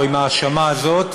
או עם האשמה הזאת,